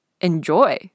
enjoy